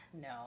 No